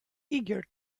eager